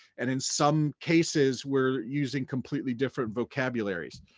and in some cases we're using completely different vocabularies.